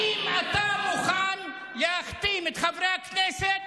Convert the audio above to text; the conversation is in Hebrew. האם אתה מוכן להחתים את חברי הכנסת.